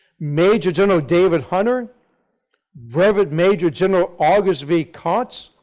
major general david hunter brevet major general august v. kautz